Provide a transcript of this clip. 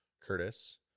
Curtis